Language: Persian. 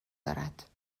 دارد